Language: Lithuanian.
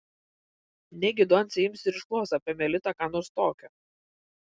negi doncė ims ir išklos apie melitą ką nors tokio